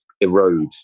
erode